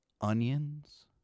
onions